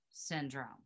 syndrome